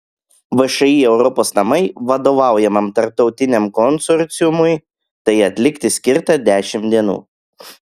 všį europos namai vadovaujamam tarptautiniam konsorciumui tai atlikti skirta dešimt dienų